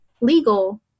legal